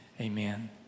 Amen